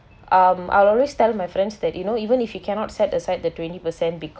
um I'll always tell my friend that you know even if you cannot set aside the twenty percent